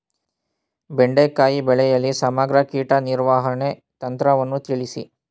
ಬೆಂಡೆಕಾಯಿ ಬೆಳೆಯಲ್ಲಿ ಸಮಗ್ರ ಕೀಟ ನಿರ್ವಹಣೆ ತಂತ್ರವನ್ನು ತಿಳಿಸಿ?